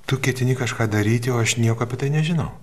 tu ketini kažką daryti o aš nieko apie tai nežinau